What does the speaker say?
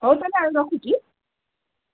ହଉ ତାହେଲେ ଆଉ ରଖୁଛି